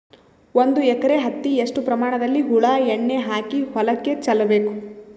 ಒಂದು ಎಕರೆ ಹತ್ತಿ ಎಷ್ಟು ಪ್ರಮಾಣದಲ್ಲಿ ಹುಳ ಎಣ್ಣೆ ಹಾಕಿ ಹೊಲಕ್ಕೆ ಚಲಬೇಕು?